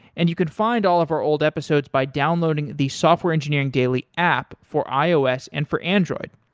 and you can find all of our old episodes by downloading the software engineering daily app for ios and for android.